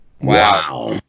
Wow